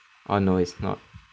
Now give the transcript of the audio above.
oh no it's not